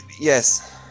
Yes